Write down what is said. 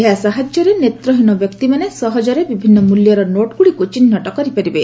ଏହା ସାହାଯ୍ୟରେ ନେତ୍ରହୀନ ବ୍ୟକ୍ତିମାନେ ସହଜରେ ବିଭିନ୍ନ ମୂଲ୍ୟର ନୋଟ୍ଗୁଡ଼ିକୁ ଚିହ୍ନଟ କରିପାରିବେ